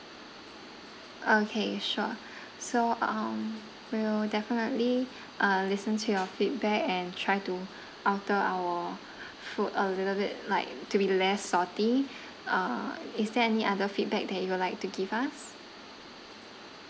okay sure so um we'll definitely uh listen to your feedback and try to alter our food a little bit like to be less salty uh is there any other feedback that you would like to give us